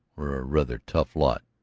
we're a rather tough lot,